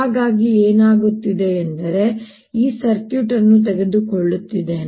ಹಾಗಾಗಿ ಏನಾಗುತ್ತಿದೆ ಎಂದರೆ ನಾನು ಈ ಸರ್ಕ್ಯೂಟ್ ಅನ್ನು ತೆಗೆದುಕೊಳ್ಳುತ್ತಿದ್ದೇನೆ